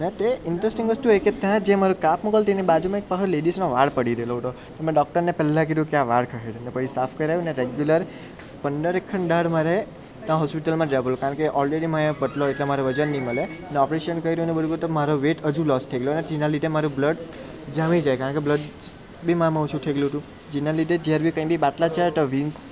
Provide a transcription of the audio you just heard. ને તે ઇન્ટરેસ્ટિંગ વસ્તુ એકે ત્યાં જે મારો કાપ મુકેલો તેની બાજુમાં એક પાસે લેડિસનો વાળ પડી રેહેલો હતો તો મે ડૉક્ટરને પેલા કીધું કે આ વાળ ખસેડને ભાઈ સાફ કરાવીને રેગ્યુલર પંદરેક ખણ દાડા મારે ત્યાં હોસ્પિટલમાં જવું કારણ કે ઓલરેડી મેં પતલો એટલે મારું વજન નહીં મળે ને ઓપરેશન કર્યું ને બરોબર તો મારું વેટ હજુ લોસ થઈ ગયું અને તેના લીધે મારું બ્લડ જામી જાય કારણ કે બ્લડ બીમારીમાં ઓછું થઈ ગયું હતું જેના લીધે જ્યારે બી કાંઈ બી બાટલા ચડ્યાં હતાં મીન્સ